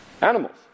animals